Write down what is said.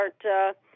start